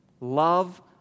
Love